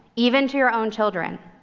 even to your own children,